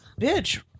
bitch